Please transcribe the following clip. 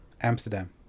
Amsterdam